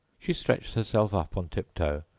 she stretched herself up on tiptoe,